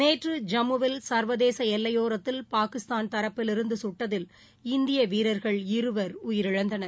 நேற்று ஜம்முவில் சர்வதேச எல்லையோரத்தில் பாகிஸ்தான் தரப்பில் இருந்து கட்டதில் இந்திய வீரர்கள் இருவர் உயிரிழந்தார்